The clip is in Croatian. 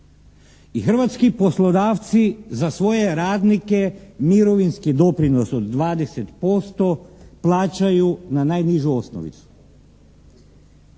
hrvatski poslodavci za svoje radnike mirovinski doprinos od 20% plaćaju na najnižu osnovicu.